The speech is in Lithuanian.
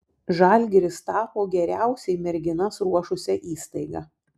žalgiris tapo geriausiai merginas ruošusia įstaiga